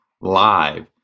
live